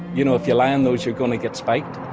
you know if you lie on those, you're going to get spiked.